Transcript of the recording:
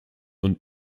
und